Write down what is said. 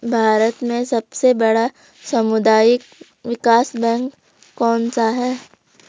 भारत में सबसे बड़ा सामुदायिक विकास बैंक कौनसा है?